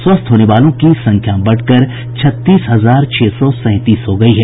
स्वस्थ होने वालों की संख्या बढ़कर छत्तीस हजार छह सौ सैंतीस हो गयी है